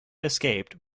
escaped